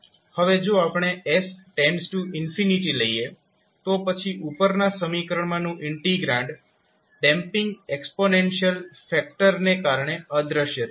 હવે જો આપણે s લઈએ તો પછી ઉપરના સમીકરણમાંનું ઇન્ટીગ્રાન્ડ ડેમ્પીંગ એક્સ્પોનેન્શિયલ ફેક્ટર ને કારણે અદૃશ્ય થઈ જશે